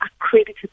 accredited